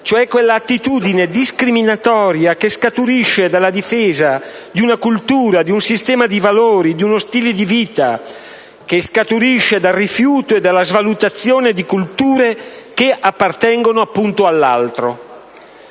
cioè quell'attitudine discriminatoria che scaturisce dalla difesa di una cultura, di un sistema di valori, di uno stile di vita, che scaturisce dal rifiuto e dalla svalutazione di culture che appartengono, appunto, all'altro.